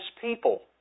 people